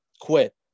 quit